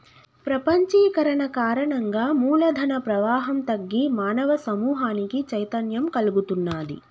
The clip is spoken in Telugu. ప్రపంచీకరణ కారణంగా మూల ధన ప్రవాహం తగ్గి మానవ సమూహానికి చైతన్యం కల్గుతున్నాది